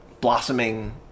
blossoming